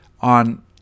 on